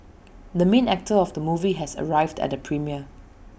the main actor of the movie has arrived at the premiere